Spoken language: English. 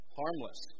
harmless